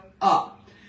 up